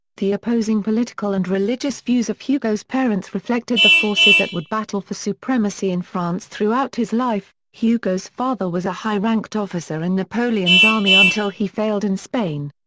the opposing political and religious views of hugo's parents reflected the forces that would battle for supremacy in france throughout his life hugo's father was a high-ranked officer in napoleon's army until he failed in spain.